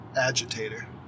agitator